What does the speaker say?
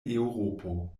eŭropo